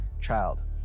child